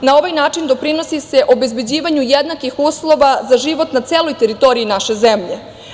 Na ovaj način doprinosi se obezbeđivanju jednakih uslova za život na celoj teritoriji naše zemlje.